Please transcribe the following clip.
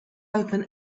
open